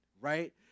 right